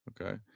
Okay